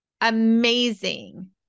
Amazing